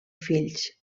fills